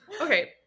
Okay